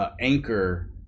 Anchor